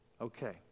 Okay